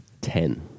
Ten